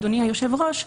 אדוני היושב-ראש,